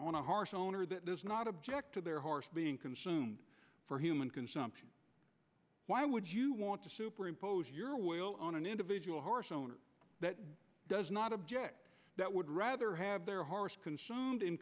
on a horse owner that does not object to their horse being consumed for human consumption why would you want to superimpose your oil on an individual horse owner that does not object that would rather have their horse consumed in